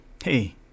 Hey